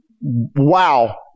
Wow